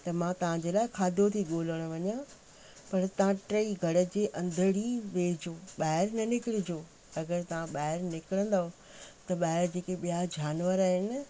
त मां तव्हां जे लाइ खाधो थी ॻोल्हणु वञा पर तव्हां टई घर जे अंदर ई वेहिजो ॿाहिरि न निकिरिजो अगरि तव्हां ॿाहिरि निकिरंदव त ॿाहिरि जेके ॿिया जानवर आहिनि